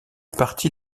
partie